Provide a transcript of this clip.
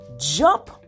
jump